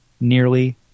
Nearly